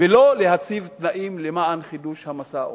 ולא להציב תנאים למען חידוש המשא-ומתן.